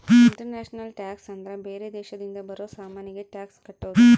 international tax ಅಂದ್ರ ಬೇರೆ ದೇಶದಿಂದ ಬರೋ ಸಾಮಾನಿಗೆ ಟ್ಯಾಕ್ಸ್ ಕಟ್ಟೋದು